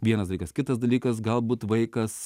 vienas dalykas kitas dalykas galbūt vaikas